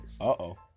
Uh-oh